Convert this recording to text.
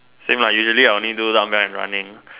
same lah usually I only do dumbbell and running